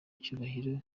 icyubahiro